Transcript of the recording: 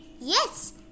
Yes